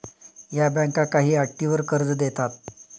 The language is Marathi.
या बँका काही अटींवर कर्ज देतात